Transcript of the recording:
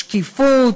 שקיפות,